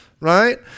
right